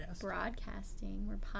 Broadcasting